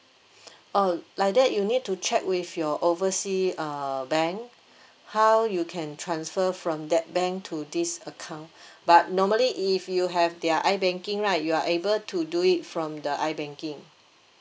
oh like that you need to check with your oversea uh bank how you can transfer from that bank to this account but normally if you have their ibanking right you are able to do it from the ibanking